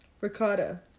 Ricotta